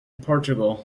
portugal